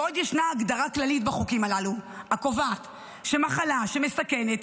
שבעוד ישנה הגדרה כללית בחוקים הללו הקובעת שמחלה מסכנת